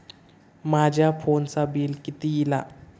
माझ्या फोनचा बिल किती इला?